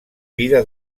vida